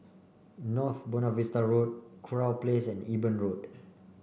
North Buona Vista Road Kurau Place and Eben Road